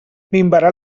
minvarà